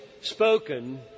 spoken